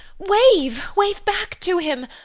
wave, wave back to him!